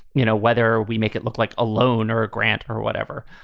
you know, whether we make it look like a loan or a grant or whatever.